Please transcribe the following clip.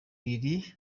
ibiri